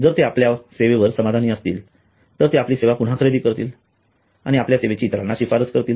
जर तेआपल्या सेवेवर समाधानी असतील तर ते आपली सेवा पुन्हा खरेदी करतील आणि आपल्या सेवेची इतरांना शिफारस करतील